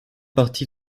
partie